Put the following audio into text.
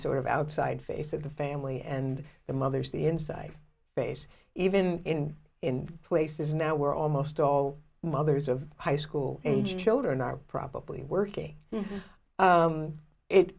sort of outside face of the family and the mothers the inside space even in places now we're almost all mothers of high school age children are probably working